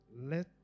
let